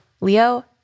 Leo